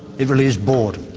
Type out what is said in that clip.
it relives boredom,